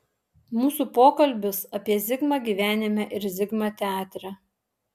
mūsų pokalbis apie zigmą gyvenime ir zigmą teatre